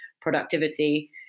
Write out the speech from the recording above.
productivity